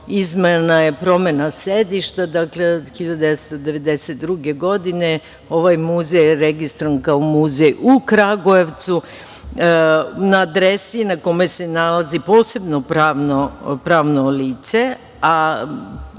izmena je promena sedišta. Dakle, 1992. godine ovaj muzej je registrovan kao muzej u Kragujevcu, na adresi na kome se nalazi posebno pravno lice,